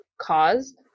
caused